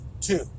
two